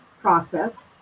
process